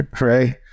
right